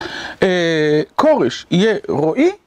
כורש יהיה רועי